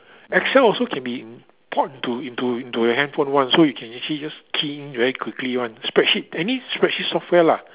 Excel also can be import into into into the handphone one so you can actually just key in very quickly one spreadsheet any spreadsheet software lah